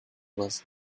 was